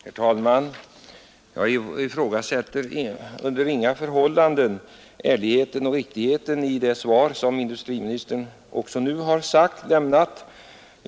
Herr talman! Jag ifrågasätter under inga förhållanden ärligheten och uppriktigheten i det svar som industriministern har lämnat som jag tidigare sagt.